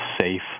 safe